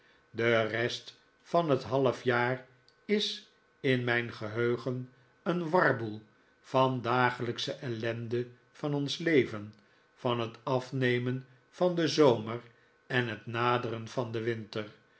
de rest van het halfjaar is in mijn geheugen een warboel van de dagelijksche ellende van ons leven van het afnemen van den zomer en het naderen van den winter